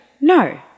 No